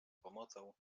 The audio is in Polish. pomocą